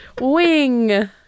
wing